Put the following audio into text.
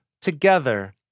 Together